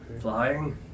Flying